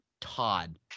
Todd